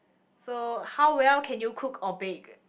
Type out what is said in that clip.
so how well can you cook or bake